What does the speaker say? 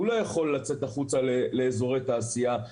הוא לא יכול לצאת החוצה לאזורי תעשייה,